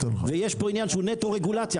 ויש פה עניין שהוא נטו רגולציה.